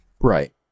right